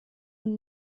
und